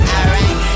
Alright